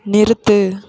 நிறுத்து